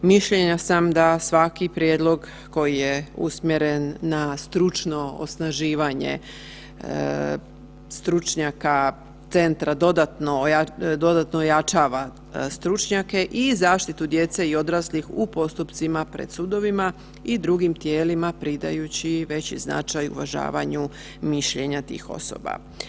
Mišljenja sam da svaki prijedlog koji je usmjeren na stručno osnaživanje stručnjaka centra dodatno ojačava stručnjake i zaštitu djece i odraslih u postupcima pred sudovima i drugim tijelima pridajući veći značaj uvažavanju mišljenja tih osoba.